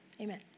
Amen